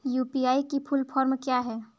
UPI की full form क्या है?